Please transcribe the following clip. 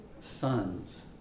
sons